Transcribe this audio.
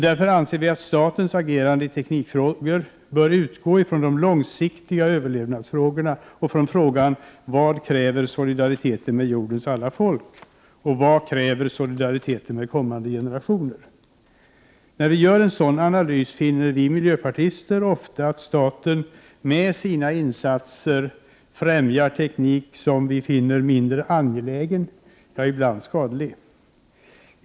Därför anser vi att statens agerande i teknikfrågor bör utgå från de långsiktiga överlevnadsfrågorna och från frågan: Vad kräver solidariteten med jordens alla folk, och vad kräver solidariteten med kommande generationer? När vi gör en sådan analys finner vi ofta att staten med sina insatser främjar teknik som vi finner mindre angelägen, ja, ibland skadlig.